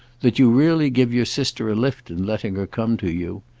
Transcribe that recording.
that you really give your sister a lift in letting her come to you.